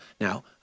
Now